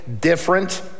different